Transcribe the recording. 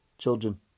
children